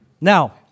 Now